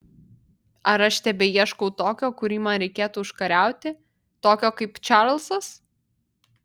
ar aš tebeieškau tokio kurį man reikėtų užkariauti tokio kaip čarlzas